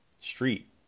street